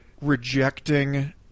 rejecting